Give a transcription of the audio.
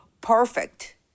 perfect